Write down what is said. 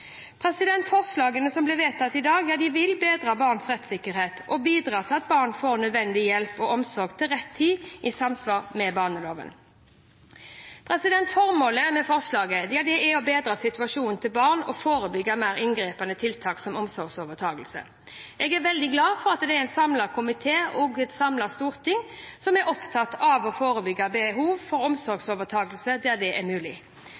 sent. Forslagene som blir vedtatt i dag, vil bedre barns rettssikkerhet og bidra til at barn får nødvendig hjelp og omsorg til rett tid i samsvar med barnevernsloven. Formålet med forslaget er å bedre situasjonen til barnet og forebygge mer inngripende tiltak som omsorgsovertakelse. Jeg er veldig glad for at en samlet komité og et samlet storting er opptatt av å forebygge behov for omsorgsovertakelse, der det er mulig.